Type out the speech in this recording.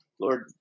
Lord